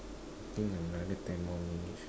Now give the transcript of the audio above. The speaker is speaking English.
think another ten more minutes